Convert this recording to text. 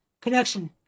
connection